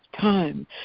time